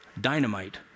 dynamite